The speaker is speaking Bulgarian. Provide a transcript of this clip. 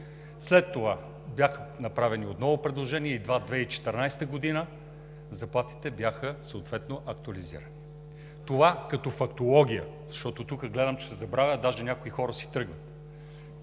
След това бяха направени отново предложения и едва 2014 г. заплатите бяха актуализирани. Това като фактология, защото тук гледам, че се забравя. Даже някои хора си тръгват